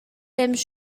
temps